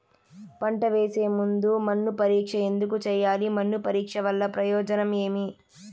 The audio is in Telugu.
పంట వేసే ముందు మన్ను పరీక్ష ఎందుకు చేయాలి? మన్ను పరీక్ష వల్ల ప్రయోజనం ఏమి?